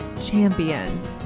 champion